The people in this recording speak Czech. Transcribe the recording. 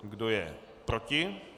Kdo je proti?